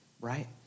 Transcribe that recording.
right